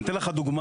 אני אתן לך דוגמה,